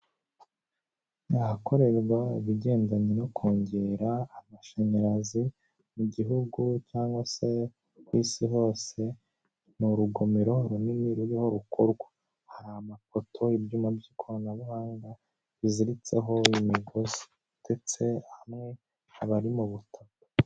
Ahakorerwa ibigendanye no kongera amashanyarazi mu gihugu cyangwa se ku isi hose, ni urugomero runini ruriho rukorwa. hari amafoto y'ibyuma by'ikoranabuhanga biziritseho, imigozi ndetse hamwe abari mu butaka.